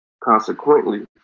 Consequently